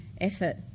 effort